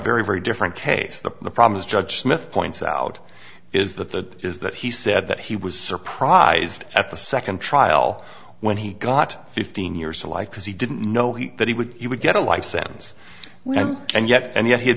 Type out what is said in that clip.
very very different case the problem is judge smith points out is that that is that he said that he was surprised at the second trial when he got fifteen years to life because he didn't know he that he would he would get a life sentence well and yet and yet he had